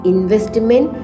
investment